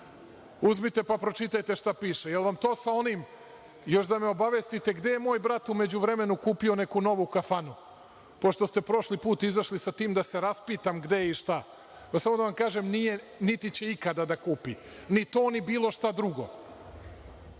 uzmite pa pročitajte šta piše. Je li vam to sa onim, još da me obavestite – gde je moj brat, u međuvremenu kupio neku novu kafanu. Pošto ste prošli put izašli sa tim da se raspitam gde je i šta. Samo da vam kažem nije, niti će ikada da kupi, ni to, ni bilo šta drugo. Samo